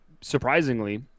surprisingly